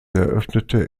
eröffnete